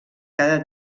cada